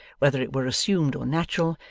whether it were assumed or natural,